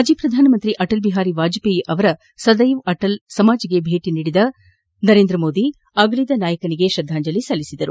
ಮಾಜಿ ಪ್ರಧಾನಮಂತ್ರಿ ಅಟಲ್ ಬಿಹಾರಿ ವಾಜಪೇಯಿ ಅವರ ಸದೈವ್ ಅಟಲ್ ಸಮಾಧಿಗೆ ಭೇಟಿ ನೀಡಿದ ನರೇಂದ್ರ ಮೋದಿ ಆಗಲಿದ ನಾಯಕನಿಗೆ ಶ್ರದ್ಧಾಂಜಲಿ ಸಲ್ಲಿಸಿದರು